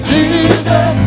Jesus